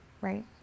right